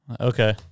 Okay